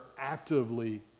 actively